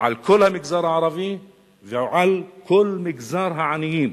על כל המגזר הערבי ועל כל מגזר העניים